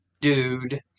dude